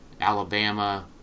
Alabama